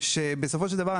שבסופו של דבר,